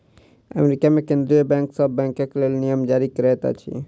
America मे केंद्रीय bank सभ बैंकक लेल नियम जारी करैत अछि